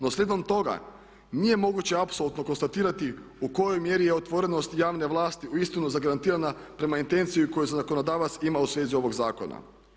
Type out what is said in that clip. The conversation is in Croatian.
No slijedom toga nije moguće apsolutno konstatirati u kojoj mjeri je otvorenost javne vlasti uistinu zagarantirana prema intenciji koju zakonodavac ima u svezi ovog zakona.